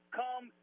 come